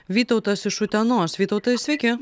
vytautas iš utenos vytautai sveiki